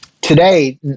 Today